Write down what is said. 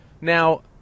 Now